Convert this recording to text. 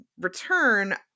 return